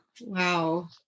wow